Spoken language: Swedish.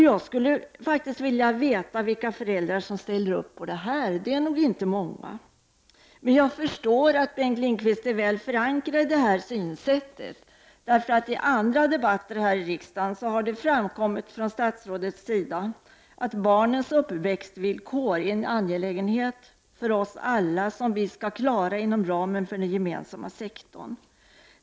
Jag skulle vilja veta vilka föräldrar som ställer upp på detta — det är nog inte många. Jag förstår att Bengt Lindqvist är väl förankrad i detta synsätt. I andra debatter här i kammaren har det framkommit från statsrådet att barnens uppväxtvillkor är en angelägenhet för oss alla som vi skall klara av inom ramen för den gemensamma sektorn.